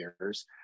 years